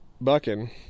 bucking